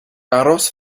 aros